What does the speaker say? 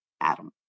Adam